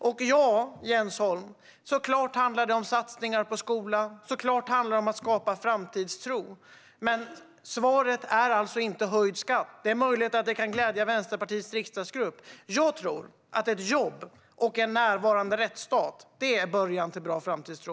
Och ja, Jens Holm, det handlar såklart om satsningar på skola och om att skapa framtidstro, men svaret är inte höjd skatt även om det möjligen skulle glädja Vänsterpartiets riksdagsgrupp. Jag tror att ett jobb och en närvarande rättsstat är början till bra framtidstro.